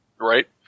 Right